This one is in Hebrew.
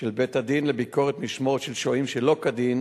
של בית-הדין לביקורת משמורת של שוהים שלא כדין,